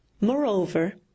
Moreover